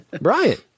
Brian